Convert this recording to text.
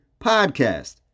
Podcast